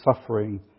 suffering